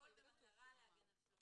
כתוב והכל במטרה להגן על שלומם.